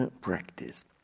practice